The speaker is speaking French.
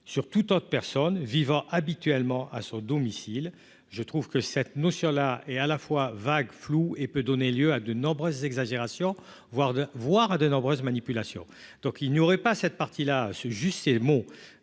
sur toute autre personne vivant habituellement à son domicile, je trouve que cette notion-là et à la fois vague floue et peut donner lieu à de nombreuses exagérations voire, voire à de nombreuses manipulations, donc il n'y aurait pas cette partie là se mots